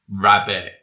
rabbit